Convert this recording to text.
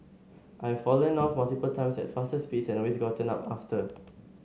I've fallen off multiple times at faster speeds and always gotten up after